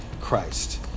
Christ